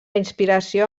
inspiració